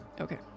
Okay